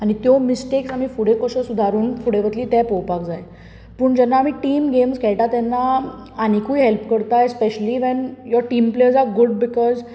आनी त्यो मिस्टेक्स आमी फुडें कश्यो सुदारून फुडें वतलीं तें पोवंक जाय पूण जेन्ना आमी टीम गेम्स खेळटात तेन्ना आनीकूय हेल्प करता specially when team players are good because